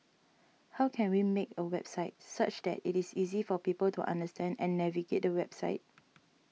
how can we make a website such that it is easy for people to understand and navigate the website